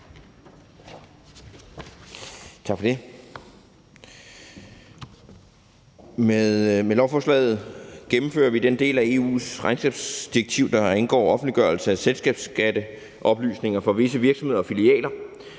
Med lovforslaget gennemfører vi den del af EU's regnskabsdirektiv, der angår offentliggørelse af selskabsskatteoplysninger for visse virksomheder og filialer.